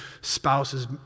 spouses